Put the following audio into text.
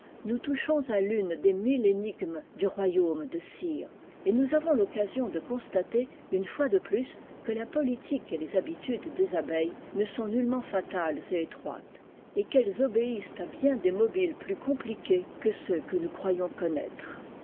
nous touchons à l'une des mille énigmes du royaume de cire et nous avons l'occasion de constater une fois de plus que la politique et les habitudes des abeilles ne sont nullement fatales et étroites et qu'elles obéissent à bien des mobiles plus c pliqués que ceux que nous croyons conna